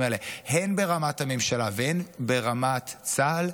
האלה הן ברמת הממשלה והן ברמת צה"ל,